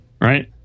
right